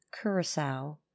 Curacao